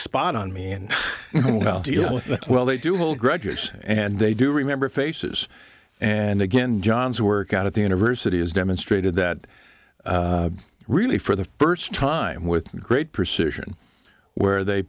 spot on me and you know well they do hold grudges and they do remember faces and again john's work out at the university has demonstrated that really for the first time with great precision where they